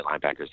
linebackers